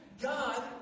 God